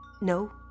No